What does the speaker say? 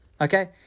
okay